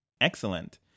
Excellent